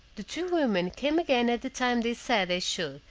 the two women came again at the time they said they should,